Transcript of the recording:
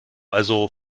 also